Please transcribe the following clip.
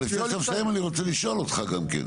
אבל לפני שאתה מסיים אני רוצה לשאול אותך גם כן.